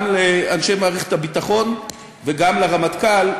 גם לאנשי מערכת הביטחון וגם לרמטכ"ל,